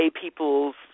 people's